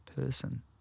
person